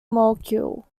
molecule